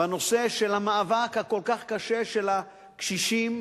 בנושא של המאבק הכל-כך קשה של הקשישים,